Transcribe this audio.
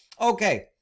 Okay